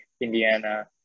indiana